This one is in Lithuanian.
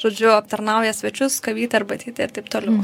žodžiu aptarnauja svečius kavytę arbatytę ir taip toliau